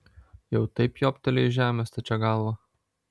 jau taip jobtelėjo į žemę stačia galva